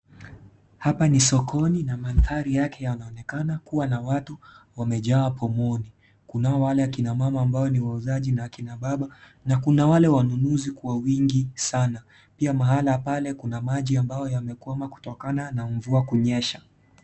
Hapa ni sokoni na mandhari yake yanaonekana kua na watu wamejaa pomoni. Kunao wale ni akina mama ambao ni wauzaji na akina baba na kuna wale wanunuzi kwa wingi sana, pia mahala pale kuna maji ambayo yamekwama kutokana na mvua kunyesha.